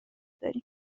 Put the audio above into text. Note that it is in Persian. داریم